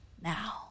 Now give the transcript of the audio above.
now